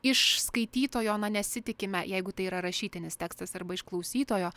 iš skaitytojo na nesitikime jeigu tai yra rašytinis tekstas arba iš klausytojo